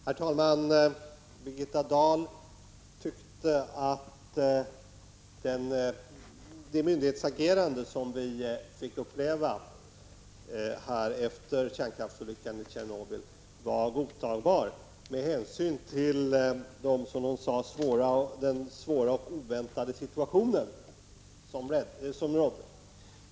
Herr talman! Birgitta Dahl tyckte att det myndighetsagerande som vi fick uppleva efter kärnkraftsolyckan i Tjernobyl var godtagbart med hänsyn till den, som man sade, svåra och oväntade situationen.